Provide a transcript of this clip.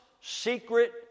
secret